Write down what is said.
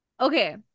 Okay